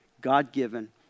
God-given